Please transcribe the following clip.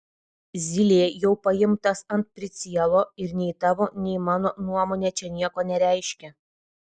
zylė jau paimtas ant pricielo ir nei tavo nei mano nuomonė čia nieko nereiškia